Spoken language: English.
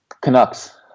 Canucks